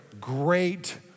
great